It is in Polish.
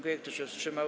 Kto się wstrzymał?